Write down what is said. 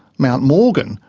mount morgan,